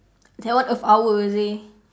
that one earth hour seh